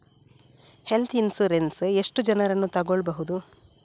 Health insurance ಎಷ್ಟು ಜನರನ್ನು ತಗೊಳ್ಬಹುದು?